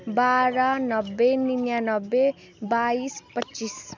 बाह्र नब्बे निनान्नब्बे बाइस पच्चिस